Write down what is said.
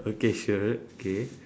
okay sure okay